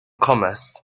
commerce